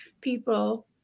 people